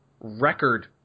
record